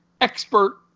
expert